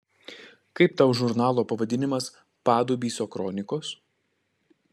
kaip tau žurnalo pavadinimas padubysio kronikos